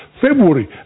February